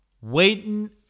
Waiting